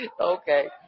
Okay